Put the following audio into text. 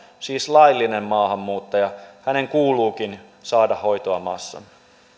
siis laillisen maahanmuuttajan kuuluukin saada hoitoa maassamme